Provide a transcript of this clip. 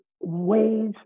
ways